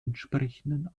entsprechenden